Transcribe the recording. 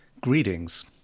greetings